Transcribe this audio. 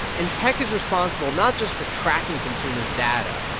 and tech is responsible not just for tracking consumers' data.